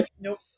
nope